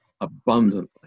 abundantly